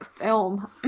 film